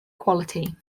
quality